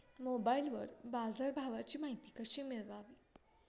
मोबाइलवर बाजारभावाची माहिती कशी मिळवावी?